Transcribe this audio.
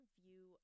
view